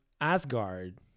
Asgard